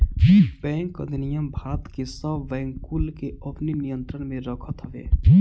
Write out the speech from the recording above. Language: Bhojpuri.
बैंक अधिनियम भारत के सब बैंक कुल के अपनी नियंत्रण में रखत हवे